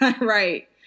Right